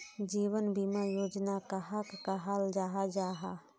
जीवन बीमा योजना कहाक कहाल जाहा जाहा?